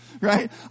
Right